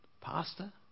pastor